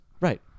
Right